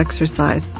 exercise